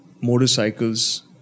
motorcycles